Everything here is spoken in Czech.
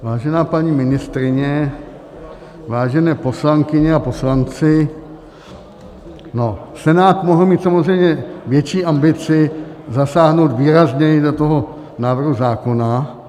Vážená paní ministryně, vážené paní poslankyně a poslanci, Senát mohl mít samozřejmě větší ambici zasáhnout výrazněji do toho návrhu zákona.